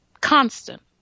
Constant